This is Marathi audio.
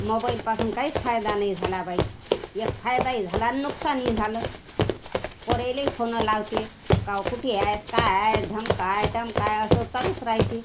मोबाईलपासून काहीच फायदा नाही झाला बाई एक फायदाही झाला आणि नुकसानही झालं पोराइले फोनं लावते काय कुठे आहेस काय आहे ढमकं आहे टमकं आहे असं चालूच राहते